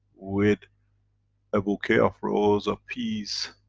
with a bouquet of rose of peace,